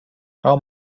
how